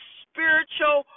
spiritual